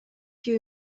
più